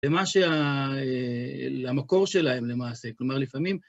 למה שה... למקור שלהם, למעשה. כלומר, לפעמים...